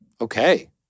Okay